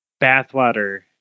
bathwater